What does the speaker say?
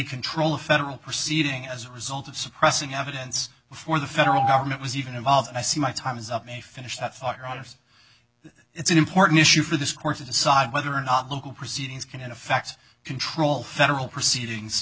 control a federal proceeding as a result of suppressing evidence before the federal government was even involved and i see my time is up may finish that thought or others it's an important issue for this court to decide whether or not local proceedings can in effect control federal proceedings